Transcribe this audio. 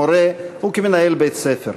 כמורה וכמנהל בית-ספר.